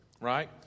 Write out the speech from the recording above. right